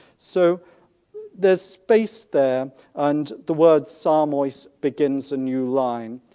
so there's space there and the words psalm oise begins a new line.